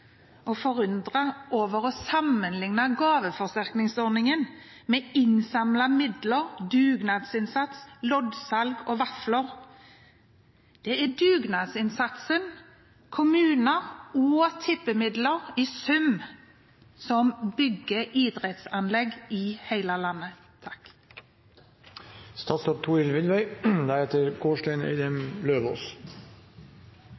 og forundret over at man sammenligner gaveforsterkningsordningen med innsamlede midler, dugnadsinnsats, loddsalg og vafler. Det er dugnadsinnsatsen, kommuner og tippemidler i sum som bygger idrettsanlegg i hele landet.